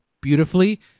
beautifully